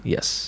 Yes